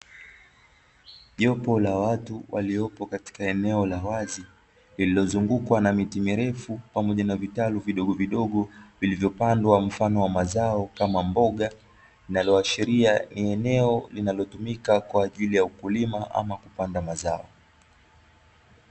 Jopo la watu waliopo katika eneo la wazi, lililozungukwa na miti mirefu pamoja na vitalu vidogo vidogo, vilivyopandwa mfano wa mazao kama mboga, linaloashiria ni eneo linalotumika kwa ajili ya ukulima ama kupanda mazao.